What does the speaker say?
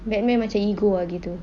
batman macam ego ah gitu